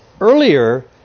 earlier